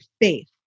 faith